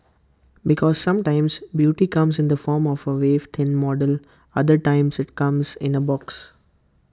because sometimes beauty comes in the form of A waif thin model other times IT comes in A box